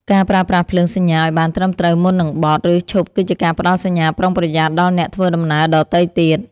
ការប្រើប្រាស់ភ្លើងសញ្ញាឱ្យបានត្រឹមត្រូវមុននឹងបត់ ឬឈប់គឺជាការផ្ដល់សញ្ញាប្រុងប្រយ័ត្នដល់អ្នកធ្វើដំណើរដទៃទៀត។